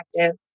active